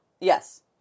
Yes